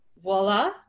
voila